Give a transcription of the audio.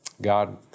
god